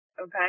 okay